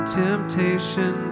temptation